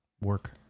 Work